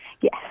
Yes